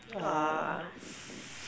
ah